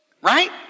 Right